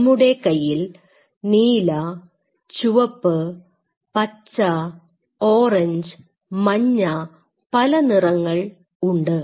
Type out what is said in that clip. നമ്മുടെ കയ്യിൽ നീല ചുവപ്പ് പച്ച ഓറഞ്ച് മഞ്ഞ പല നിറങ്ങൾ ഉണ്ട്